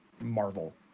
Marvel